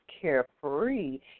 carefree